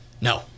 No